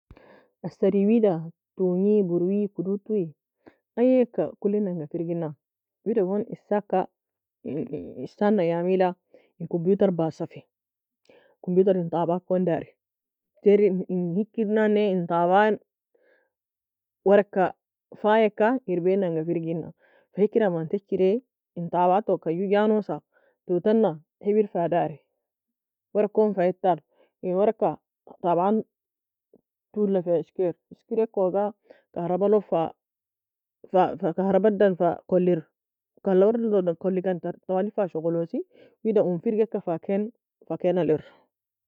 Assari wida tungi burwi kodod tou ayie ka kuliy nanga firgina. Wida gon essaka esan ايام in computer basafie. Computer in طابعة akon dari. Terin hiker nan ne طابعة. ورق ka fayika erbaie nanga firgina. Fi hikera amanti achere en طابعة toka ganosa tou tenna حبر fa odeari.ورق kon fa aeitaro. En ورق ka طابعة toue la fa esker eskere koga كهرباء fa fa كهرباء edan fa kulir.كهرباء edan koleikan tawlei fa shigolein. Wida owein firgeka faken awier.